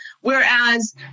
whereas